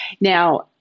Now